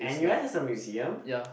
N_U_S has a museum